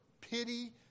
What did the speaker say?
pity